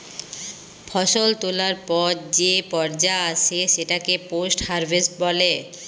ফসল তোলার পর যে পর্যা আসে সেটাকে পোস্ট হারভেস্ট বলে